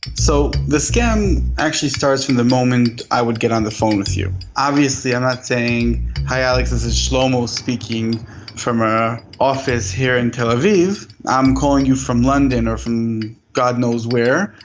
so the scam actually starts from the moment i would get on the phone with you. obviously i'm not saying hi alice, this is schlomo speaking from an office here in tel aviv', i'm calling you from london or from god knows where,